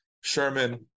Sherman